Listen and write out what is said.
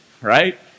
Right